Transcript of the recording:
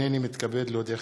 הנני מתכבד להודיעכם,